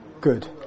good